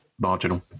marginal